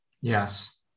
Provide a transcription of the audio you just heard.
Yes